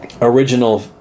original